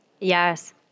Yes